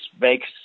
makes